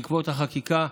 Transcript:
בעקבות החקיקה,